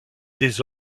des